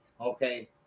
okay